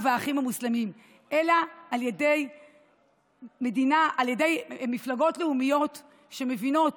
והאחים המוסלמים אלא על ידי מפלגות לאומיות שמבינות